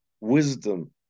wisdom